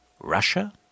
Russia